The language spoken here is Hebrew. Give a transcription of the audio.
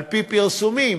על-פי הפרסומים,